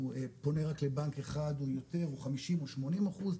פונה רק לבנק אחד או יותר או 50 או 80 אחוז,